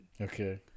Okay